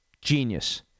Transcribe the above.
genius